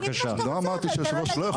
לא אמרתי שהיושב ראש לא יכול,